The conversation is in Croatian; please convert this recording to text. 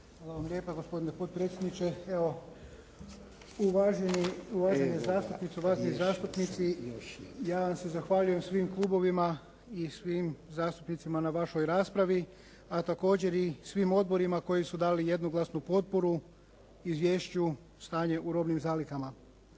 Hvala vam lijepa gospodine potpredsjedniče. Evo uvaženi zastupnice i uvaženi zastupnici ja vam se zahvaljujem svim klubovima i svim zastupnicima na vašoj raspravi, a također i svim odborima koji su dali jednoglasnu potporu izvješću o stanju u robnim zalihama.